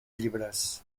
llibres